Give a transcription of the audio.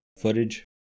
footage